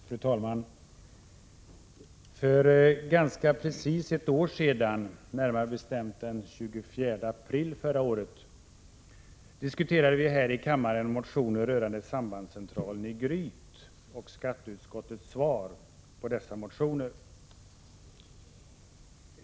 Fru talman! För ganska precis ett år sedan, närmare bestämt den 24 april förra året, diskuterade vi här i kammaren motioner rörande sambandscentralen i Gryt och skatteutskottets svar på dessa motioner.